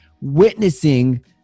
witnessing